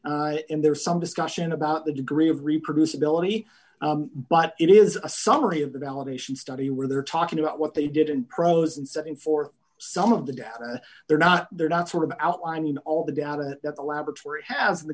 and there's some discussion about the degree of reproducibility but it is a summary of the validation study where they're talking about what they did in prose and setting for some of the data they're not they're not sort of outlining all the data that the laboratory has the